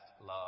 love